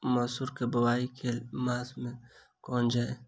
मसूर केँ बोवाई केँ के मास मे कैल जाए?